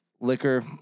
liquor